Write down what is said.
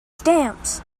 stamps